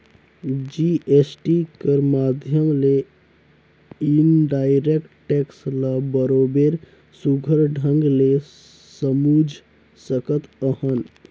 GST कर माध्यम ले इनडायरेक्ट टेक्स ल बरोबेर सुग्घर ढंग ले समुझ सकत अहन